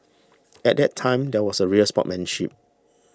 at that time there was a real sportsmanship